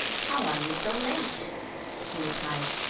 how are you so late he replied,